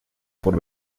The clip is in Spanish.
por